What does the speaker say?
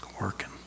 working